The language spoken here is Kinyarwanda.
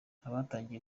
abatangiye